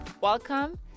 Welcome